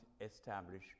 establish